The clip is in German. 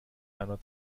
einer